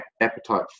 appetite